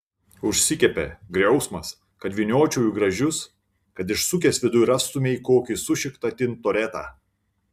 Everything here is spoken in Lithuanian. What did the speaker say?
užsikepė griausmas kad vyniočiau į gražius kad išsukęs viduj rastumei kokį sušiktą tintoretą